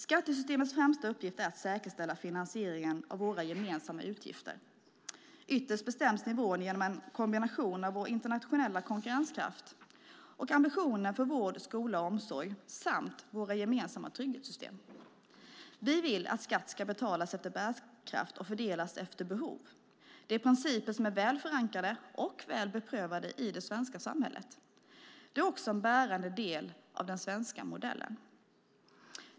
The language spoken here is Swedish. Skattesystemets främsta uppgift är att säkerställa finansieringen av våra gemensamma utgifter. Ytterst bestäms nivån genom en kombination av vår internationella konkurrenskraft och ambitionerna för vård, skola och omsorg samt våra gemensamma trygghetssystem. Vi vill att skatt ska betalas efter bärkraft och fördelas efter behov. Det är principer som är väl förankrade och väl beprövade i det svenska samhället. Det är också en bärande del av den svenska modellen.